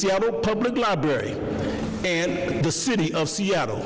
seattle public library and the city of seattle